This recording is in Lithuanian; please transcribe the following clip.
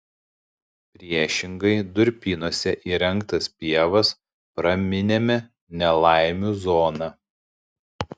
priešingai durpynuose įrengtas pievas praminėme nelaimių zona